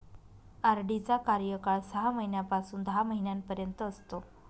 RD चा कार्यकाळ सहा महिन्यापासून दहा महिन्यांपर्यंत असतो